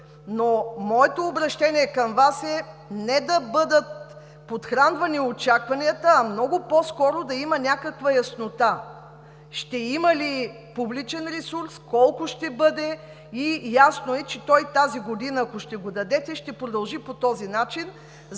Но моето обръщение към Вас е не да бъдат подхранвани очакванията, а много по-скоро да има някаква яснота: ще има ли публичен ресурс, колко ще бъде? Ясно е, че ако го дадете тази година, ще продължи по този начин.